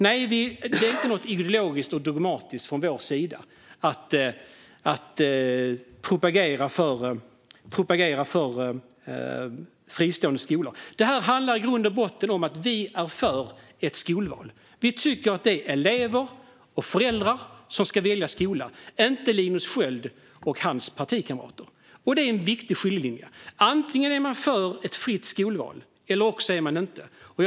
Nej, det är inte något ideologiskt eller dogmatiskt från vår sida att propagera för fristående skolor. Det handlar i grund och botten om att vi är för skolval. Vi tycker att det är elever och föräldrar som ska välja skola, inte Linus Sköld och hans partikamrater. Det är en viktig skiljelinje. Antingen är man för ett fritt skolval, eller också är man det inte.